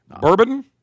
bourbon